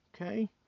Okay